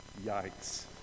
yikes